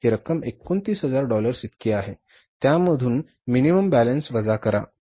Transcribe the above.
ही रक्कम 29000 डॉलर्स इतकी आहे त्यामधून इच्छित किमान शिल्लक वजा करा